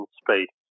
space